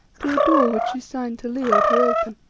to a door which she signed to leo to open.